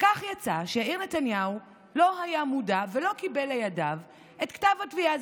וכך יצא שנתניהו לא היה מודע ולא קיבל לידיו את כתב התביעה.